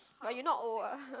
oh you're not old ah